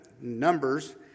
Numbers